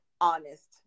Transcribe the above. honest